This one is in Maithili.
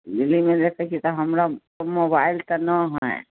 टी वी मे देखैत छी तऽ हमरा तऽ मोबाइल ना हइ